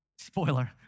spoiler